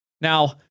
Now